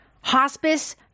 Hospice